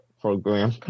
program